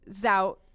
zout